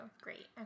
Great